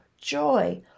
joy